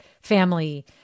family